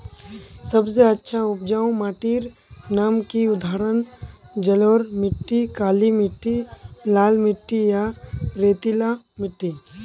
सबसे अच्छा उपजाऊ माटिर नाम की उदाहरण जलोढ़ मिट्टी, काली मिटटी, लाल मिटटी या रेतीला मिट्टी?